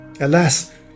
Alas